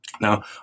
Now